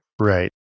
Right